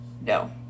no